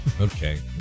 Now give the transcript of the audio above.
Okay